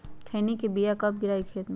खैनी के बिया कब गिराइये खेत मे?